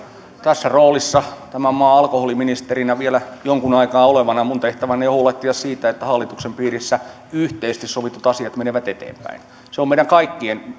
tässä roolissa tämän maan alkoholiministerinä vielä jonkun aikaa olevana minun tehtäväni on huolehtia siitä että hallituksen piirissä yhteisesti sovitut asiat menevät eteenpäin se on meidän kaikkien